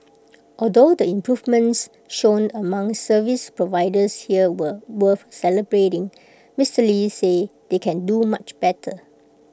although the improvements shown among service providers here were worth celebrating Mister lee said they can do much better